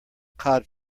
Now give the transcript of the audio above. cod